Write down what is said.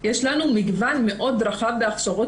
יש לנו מגוון רחב מאוד של הכשרות